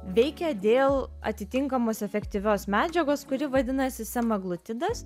veikia dėl atitinkamos efektyvios medžiagos kuri vadinasi semaglutidas